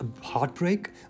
heartbreak